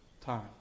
time